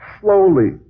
slowly